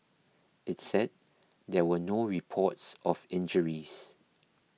its said there were no reports of injuries